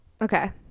Okay